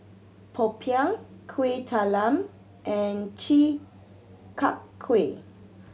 Popiah Kuih Talam and Chi Kak Kuih